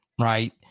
right